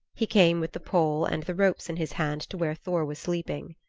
he came with the pole and the ropes in his hand to where thor was sleeping.